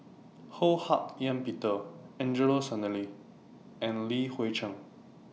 Ho Hak Ean Peter Angelo Sanelli and Li Hui Cheng